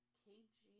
kg